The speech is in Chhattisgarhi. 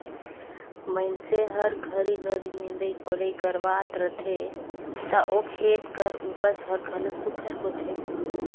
मइनसे हर घरी घरी निंदई कोड़ई करवात रहथे ता ओ खेत कर उपज हर घलो सुग्घर होथे